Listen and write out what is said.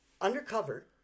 Undercover